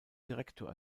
direktor